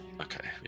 Okay